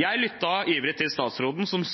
Jeg lyttet ivret til statsråden, som